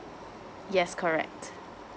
yes correct